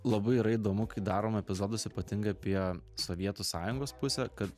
labai yra įdomu kai darom epizodus ypatingai apie sovietų sąjungos pusę kad